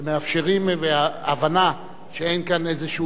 הם מאפשרים הבנה שאין כאן איזה עניין,